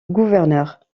gouverneur